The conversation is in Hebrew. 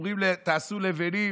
ואומרים להם: תעשו לבנים.